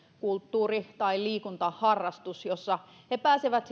kulttuuri tai liikuntaharrastus jossa he pääsevät